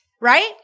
right